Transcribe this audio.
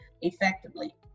effectively